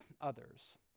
others